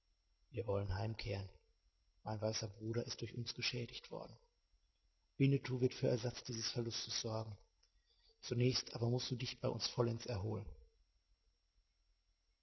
wir wollen heimkehren mein weißer bruder ist durch uns geschädigt worden winnetou wird für ersatz dieses verlustes sorgen zunächst aber mußt du dich bei uns vollends erholen